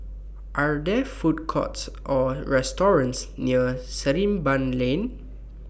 Are There Food Courts Or restaurants near Sarimbun Lane